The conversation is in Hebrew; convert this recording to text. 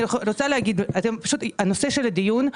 הנושא של הדיון,